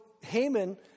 Haman